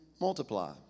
multiply